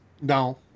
No